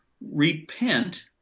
repent